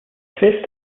fifth